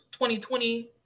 2020